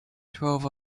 twelve